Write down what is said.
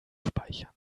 speichern